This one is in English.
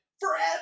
Forever